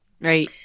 Right